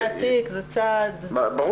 פתיחת תיק זה צעד --- ברור.